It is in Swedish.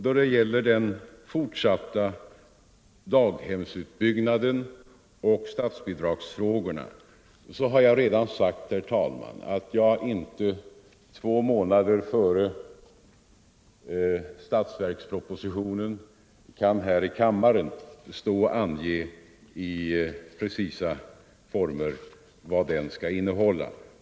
Då det gäller den fortsatta daghemsutbyggnaden och statsbidragsfrågorna har jag redan sagt, herr talman, att jag inte två månader före budgetpropositionen kan stå här i kammaren och i precisa former ange vad den skall innehålla.